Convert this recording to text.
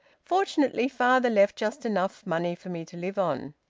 fortunately, father left just enough money for me to live on.